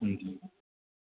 हुन्छ